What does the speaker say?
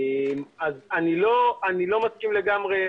אני לא מסכים לגמרי.